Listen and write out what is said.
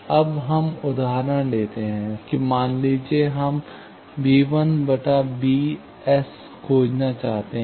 अब हम यह उदाहरण लेते हैं कि मान लीजिए हम b1 bs खोजना चाहते हैं